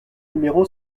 numéro